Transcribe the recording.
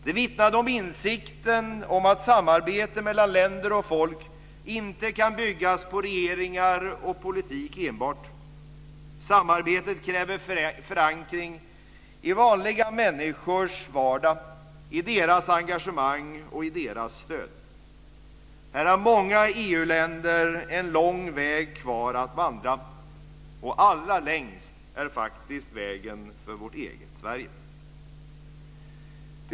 Det vittnade om insikten om att samarbete mellan länder och folk inte kan byggas på regeringar och politik enbart. Samarbetet kräver förankring i vanliga människors vardag, i deras engagemang och i deras stöd. Här har många EU-länder en lång väg kvar att vandra och allra längst är faktiskt vägen för vårt eget Sverige.